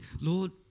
Lord